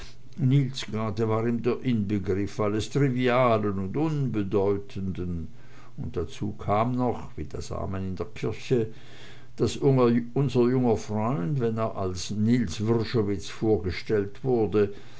war ihm der inbegriff alles trivialen und unbedeutenden und dazu kam noch wie amen in der kirche daß unser junger freund wenn er als niels wrschowitz vorgestellt wurde